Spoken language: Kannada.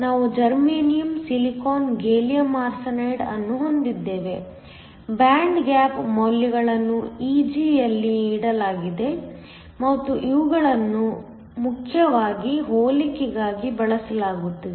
ನಾವು ಜರ್ಮೇನಿಯಮ್ ಸಿಲಿಕಾನ್ ಗ್ಯಾಲಿಯಂ ಆರ್ಸೆನೈಡ್ ಅನ್ನು ಹೊಂದಿದ್ದೇವೆ ಬ್ಯಾಂಡ್ ಗ್ಯಾಪ್ ಮೌಲ್ಯಗಳನ್ನು Eg ಯಲ್ಲಿ ನೀಡಲಾಗಿದೆ ಮತ್ತು ಇವುಗಳನ್ನು ಮುಖ್ಯವಾಗಿ ಹೋಲಿಕೆಗಾಗಿ ಬಳಸಲಾಗುತ್ತದೆ